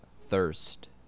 Thirst